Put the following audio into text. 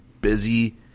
busy